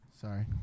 Sorry